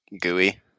gooey